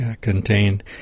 contained